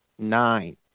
nine